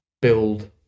build